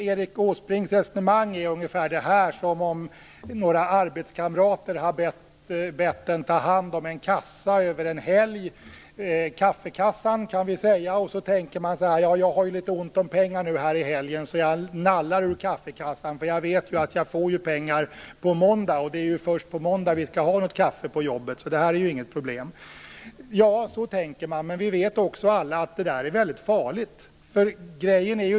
Erik Åsbrinks resonemang lyder ungefär så här: Några arbetskamrater har bett mig ta hand om en kassa över en helg. Vi kan säga att det är kaffekassan. Jag har litet ont om pengar över helgen så jag tänker att jag kan nalla ur kaffekassan. Jag vet att jag får pengar på måndag, och det är ju först på måndag vi skall ha kaffe på jobbet. Det är inget problem. Så tänker man, men vi vet alla att det är väldigt farligt.